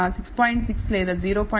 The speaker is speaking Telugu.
6 లేదా 0